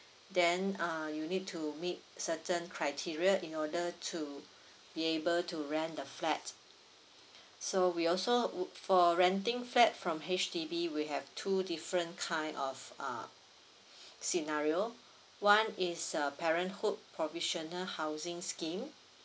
then uh you'll need to meet certain criteria in order to be able to rent the flat so we also would for renting flat from H_D_B we have two different kind of uh scenario one is a parenthood provisional housing scheme